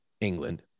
england